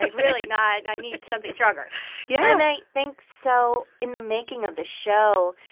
like really not and i need something stronger yeah and i think so in the making of the show,